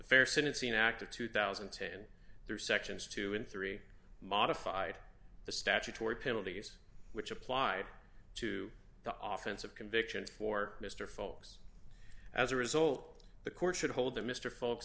fair sentencing act of two thousand and ten there are sections two and three modified the statutory penalties which apply to the office of convictions for mr fox as a result the court should hold the mr folks